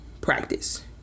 Practice